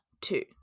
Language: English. two